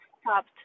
stopped